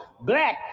black